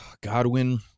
Godwin